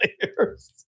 players